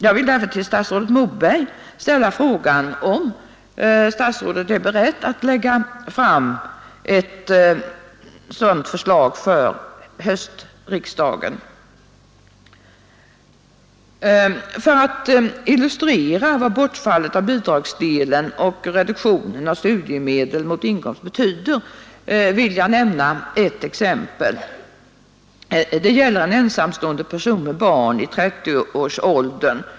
Jag vill därför till statsrådet Moberg ställa frågan om han är beredd att lägga fram ett sådant förslag för höstriksdagen. För att illustrera vad bortfallet av bidragsdelen och reduktionen av studiemedel mot inkomsten betyder vill jag här lämna ett exempel. Det gäller en ensamstående 30-årig person med barn.